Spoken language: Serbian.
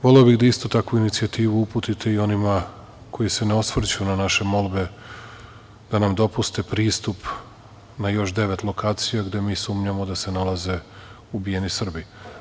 Voleo bih da isto tako inicijativu uputite i onima koji se ne osvrću na naše molbe, da nam dopuste pristup na još devet lokacija gde mi sumnjamo da se nalaze ubijeni Srbi.